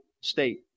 state